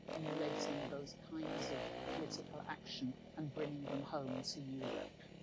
emulating those kinds of political action and bringing them home to europe.